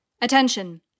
Attention